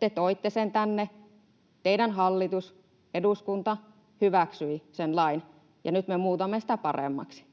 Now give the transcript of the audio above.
Te toitte sen tänne, teidän hallituksenne, eduskunta hyväksyi sen lain, ja nyt me muutamme sitä paremmaksi.